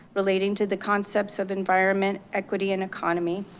relating to the concepts of environment, equity and economy?